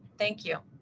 thank you.